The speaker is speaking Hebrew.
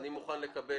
אני מוכן לקבל.